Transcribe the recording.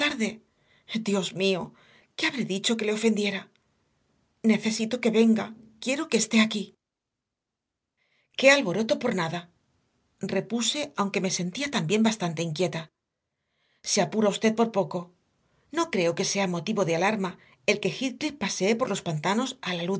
dios mío qué habré dicho que le ofendiera necesito que venga quiero que esté aquí qué alboroto para nada repuse aunque me sentía también bastante inquieta se apura usted por poco no creo que sea motivo de alarma el que heathcliff pasee por los pantanos a